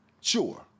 sure